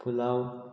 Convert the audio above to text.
pulao